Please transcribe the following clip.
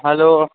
hello